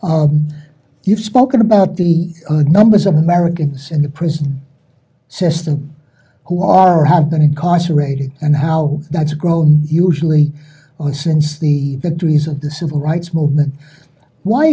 is you've spoken about the numbers of americans in the prison system who have been incarcerated and how that's grown usually since the victories of the civil rights movement why